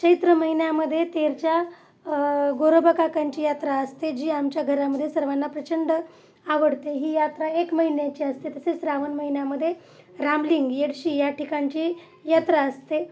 चैत्र महिन्यामध्ये तेरच्या गोरोबा काकांची यात्रा असते जी आमच्या घरामध्ये सर्वांना प्रचंड आवडते ही यात्रा एक महिन्याची असते तसेच श्रावण महिन्यामध्ये रामलिंग येडशी या ठिकणची यात्रा असते